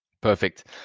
perfect